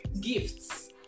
gifts